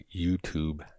YouTube